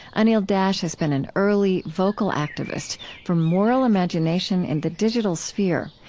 anil dash has been an early, vocal activist for moral imagination in the digital sphere,